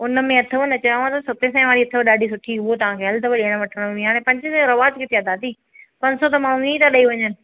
उन में अथव न चयोमांव न सते सवें वारी अथव ॾाढी सुठी उहा तव्हां खे हलंदव ॾियणु वठणु में हाणे पंजे सवें जो रिवाजु किथे आहे दादी पंज सौ त माण्हू इअं ई था ॾेई वञनि